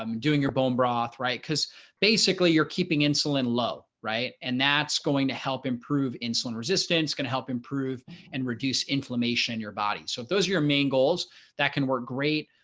um doing your bone broth, right? because basically you're keeping insulin low, right, and that's going to help improve insulin resistance can help improve and reduce inflammation in your body. so those are your main goals that can work great.